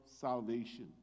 salvation